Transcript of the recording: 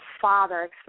father